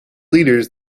leaders